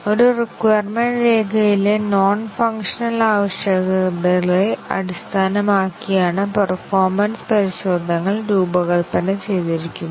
ഒരു റിക്വയർമെന്റ് രേഖയിലെ non functional ആവശ്യകതകളെ അടിസ്ഥാനമാക്കിയാണ് പേർഫോമെൻസ് പരിശോധനകൾ രൂപകൽപ്പന ചെയ്തിരിക്കുന്നത്